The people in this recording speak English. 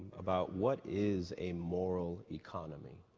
about what is a moral economy?